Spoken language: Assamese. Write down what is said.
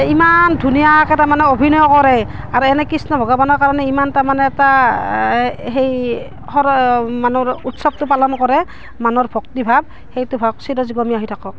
ইমান ধুনীয়াকৈ তাৰমানে অভিনয় কৰে আৰু এনে কৃষ্ণ ভগৱানৰ কাৰণে ইমান তাৰমানে এটা সেই সৰ মানুহৰ উৎসৱটো পালন কৰে মানুহৰ ভক্তি ভাৱ সেইটো চিৰযুগমীয়া হৈ থাকক